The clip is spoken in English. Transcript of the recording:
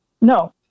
No